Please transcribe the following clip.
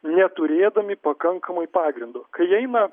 neturėdami pakankamai pagrindo kai eina